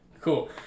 cool